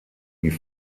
wie